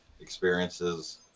experiences